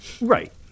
Right